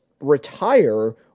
retire